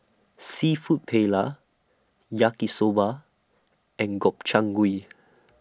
Seafood Paella Yaki Soba and Gobchang Gui